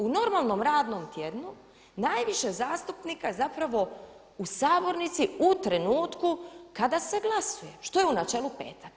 U normalnom radnom tjednu najviše zastupnika je zapravo u sabornici u trenutku kada se glasuje, što je u načelu petak.